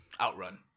Outrun